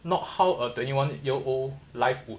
not how a twenty one year old life